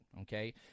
okay